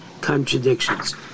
Contradictions